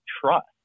trust